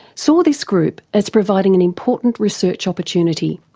saw this group as providing an important research opportunity.